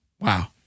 Wow